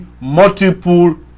multiple